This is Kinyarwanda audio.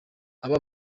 aba